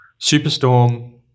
Superstorm